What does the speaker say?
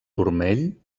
turmell